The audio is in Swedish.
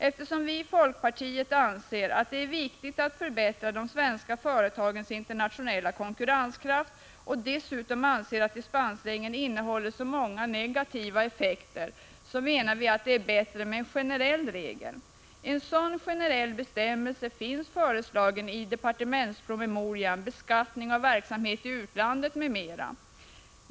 Eftersom vi i folkpartiet anser att det är viktigt att förbättra de svenska företagens internationella konkurrenskraft och dessutom anser att dispensregeln innehåller så många negativa effekter, menar vi att det är bättre med en generell regel. En sådan generell bestämmelse finns föreslagen i departementspromemorian Beskattning av verksamhet i utlandet m.m.